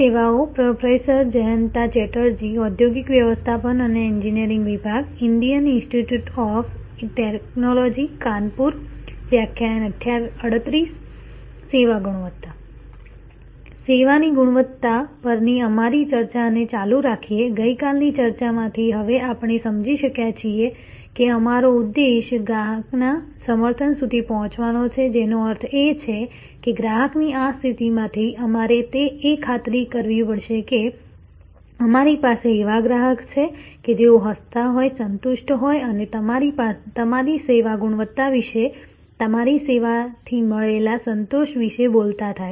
સેવા ગુણવત્તા સેવાની ગુણવત્તા પરની અમારી ચર્ચાને ચાલુ રાખીને ગઈકાલની ચર્ચામાંથી હવે આપણે સમજી શક્યા છીએ કે અમારો ઉદ્દેશ્ય ગ્રાહકના સમર્થન સુધી પહોંચવાનો છે જેનો અર્થ એ છે કે ગ્રાહકની આ સ્થિતિમાંથી અમારે એ ખાતરી કરવી પડશે કે અમારી પાસે એવા ગ્રાહક છે કે જેઓ હસતા હોય સંતુષ્ટ હોય અને તમારી સેવાની ગુણવત્તા વિશે તમારી સેવાથી મળેલા સંતોષ વિશે બોલતા થાય